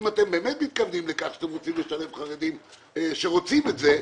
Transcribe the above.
אם אתם באמת מתכוונים לכך ואתם רוצים לשלב חרדים שרוצים את זה,